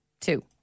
two